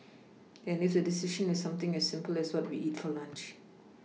even if the decision is something as simple as what to eat for lunch